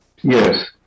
Yes